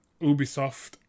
Ubisoft